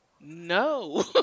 No